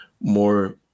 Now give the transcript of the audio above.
More